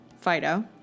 Fido